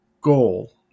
goal